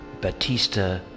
Batista